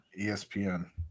ESPN